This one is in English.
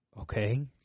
okay